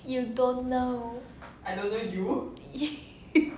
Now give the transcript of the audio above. you don't know